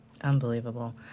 Unbelievable